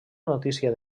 notícia